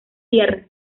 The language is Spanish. tierra